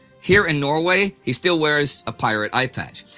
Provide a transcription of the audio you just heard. here in norway he still wears a pirate eye patch.